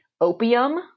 opium